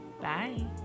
Bye